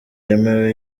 yemewe